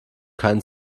keinen